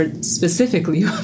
specifically